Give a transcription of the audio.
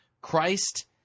Christ